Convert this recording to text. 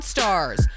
Stars